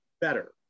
better